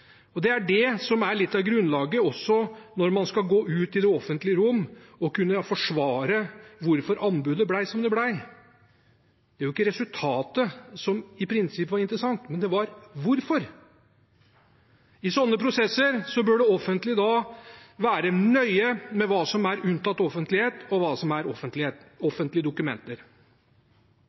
det. Det er det som er litt av grunnlaget når man skal gå ut i det offentlige rom og forsvare hvorfor anbudet ble som det ble. Det er jo ikke resultatet som i prinsippet er interessant, men det er hvorfor. I sånne prosesser bør det offentlige være nøye med hva som er unntatt offentlighet, og hva som er offentlige dokumenter.